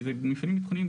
כי במפעלים ביטחוניים,